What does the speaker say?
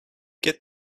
get